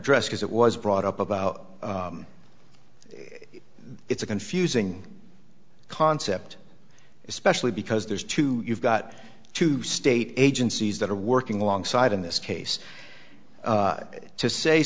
address because it was brought up about it it's a confusing concept especially because there's too you've got to state agencies that are working alongside in this case to say